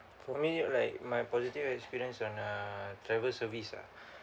for me like my positive experience on uh travel service ah